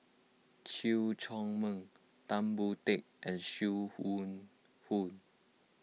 Chew Chor Meng Tan Boon Teik and Sim Wong Hoo